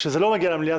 שזה לא מגיע למליאה,